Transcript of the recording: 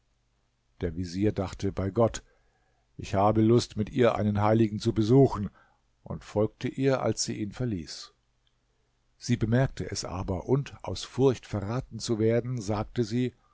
der vezier dachte bei gott ich habe lust mit ihr einen heiligen zu besuchen und folgte ihr als sie ihn verließ sie bemerkte es aber und aus furcht verraten zu werden sagte sie